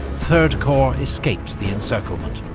third corps escaped the encirclement.